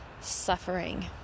suffering